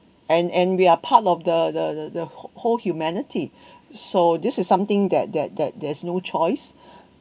and and we are part of the the the whole humanity so this is something that that that there's no choice